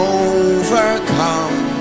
overcome